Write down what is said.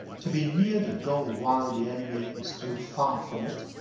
to be near the goal while the enemy is still far from it,